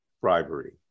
bribery